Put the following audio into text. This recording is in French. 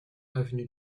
avenue